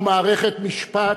ומערכת משפט,